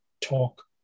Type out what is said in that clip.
talk